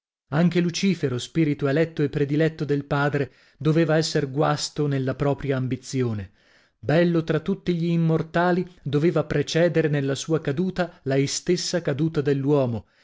anche lucifero spirito eletto e prediletto del padre doveva esser guasto nella propria ambizione bello tra tutti gli immortali doveva precedere nella sua caduta la istessa caduta dell'uomo